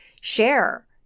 share